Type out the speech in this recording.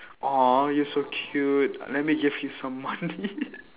!aww! you're so cute let me give you some money